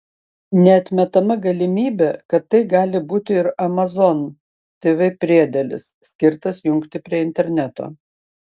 neatmetama galimybė kad tai gali būti ir amazon tv priedėlis skirtas jungti prie interneto